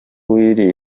w’iri